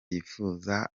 yifuza